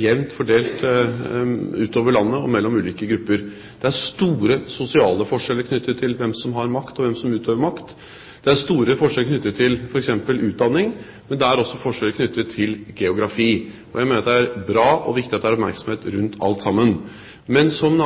jevnt fordelt utover landet og mellom ulike grupper. Det er store sosiale forskjeller knyttet til hvem som har makt, og hvem som utøver makt. Det er store forskjeller knyttet til f.eks. utdanning, men det er også forskjeller knyttet til geografi. Jeg mener det er bra og viktig at det er oppmerksomhet rundt alt dette. Men som